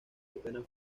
apenas